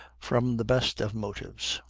from the best of motives,